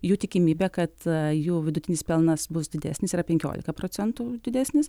jų tikimybė kad jų vidutinis pelnas bus didesnis yra penkiolika proentų didesnis